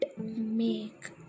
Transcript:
make